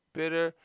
bitter